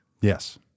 Yes